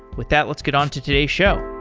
with that, let's get on to today's show.